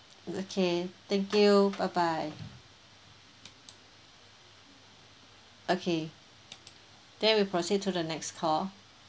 okay thank you bye bye okay then we proceed to the next call